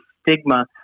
stigma